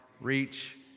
reach